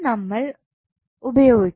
നമ്മൾ ഉപയോഗിക്കും